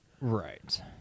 right